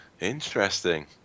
Interesting